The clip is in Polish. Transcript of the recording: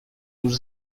już